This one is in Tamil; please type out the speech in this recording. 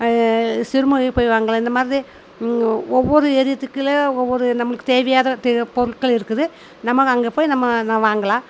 சிறுமுகையும் போய் வாங்கலாம் இந்த மாதிரி ஒவ்வொரு ஏரியாத்துக்குள்ள ஒவ்வொரு நம்மளுக்கு தேவையான பொருட்கள் இருக்குது நம்ம அங்கே போய் நம்ம நான் வாங்கலாம்